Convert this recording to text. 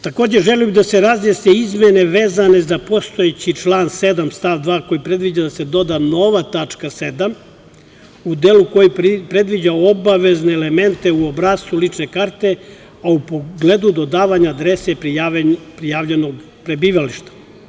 Takođe želim da se razjasne izmene vezane za postojeći član 7. stav 2. koji predviđa da se doda nova tačka 7. u delu koji predviđa obavezne elemente u obrascu lične karte u pogledu dodavanja adrese prijavljenog prebivališta.